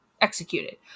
executed